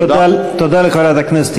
תודה לחברת הכנסת